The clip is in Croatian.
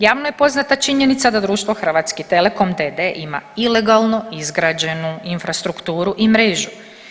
Javno je poznata činjenica da društvo Hrvatski telekom d.d. ima ilegalno izgrađenu infrastrukturu i mrežu.